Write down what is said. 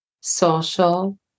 social